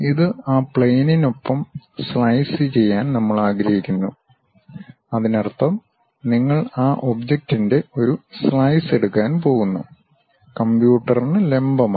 ഇത് ആ പ്ലെയിനിനൊപ്പം സ്ലൈസ് ചെയ്യാൻ നമ്മൾ ആഗ്രഹിക്കുന്നു അതിനർത്ഥം നിങ്ങൾ ആ ഒബ്ജക്റ്റിന്റെ ഒരു സ്ലൈസ് എടുക്കാൻ പോകുന്നു കമ്പ്യൂട്ടറിന് ലംബമായി